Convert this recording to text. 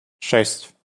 шесть